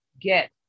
get